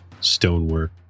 stonework